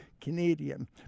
Canadian